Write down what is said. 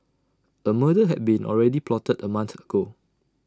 A murder had been already plotted A month ago